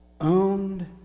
owned